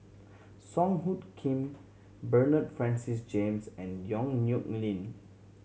Song Hoot Kiam Bernard Francis James and Yong Nyuk Lin